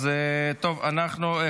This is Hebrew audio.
אוקיי.